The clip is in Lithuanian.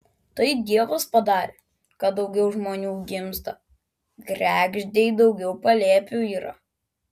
tai dievas padarė kad daugiau žmonių gimsta kregždei daugiau palėpių yra